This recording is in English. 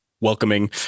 welcoming